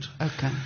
Okay